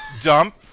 dump